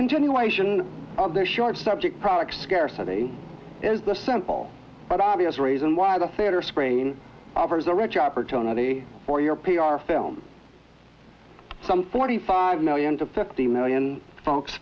continuation of their short subject products scarcity is the simple but obvious reason why the theater sprain offers a rich opportunity for your p r film some forty five million to fifty million folks